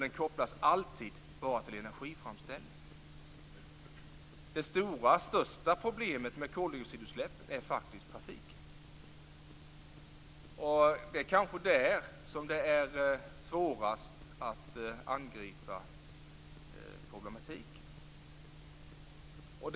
Den kopplas alltid bara till energiframställningen. Det största problemet med koldioxidutsläppen är faktiskt trafiken. Det är kanske där som det är svårast att angripa problemet.